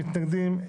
הצבעה לא אושרה.